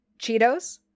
Cheetos